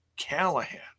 Callahan